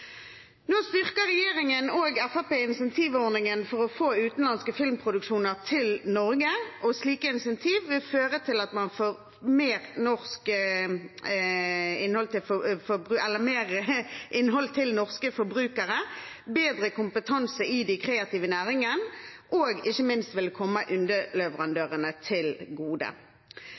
Nå styrker regjeringen og Fremskrittspartiet insentivordningen for å få utenlandske filmproduksjoner til Norge. Slike insentiver vil føre til at man får mer innhold til norske forbrukere og bedre kompetanse i de kreative næringene, og ikke minst vil det komme underleverandørene til gode.